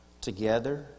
together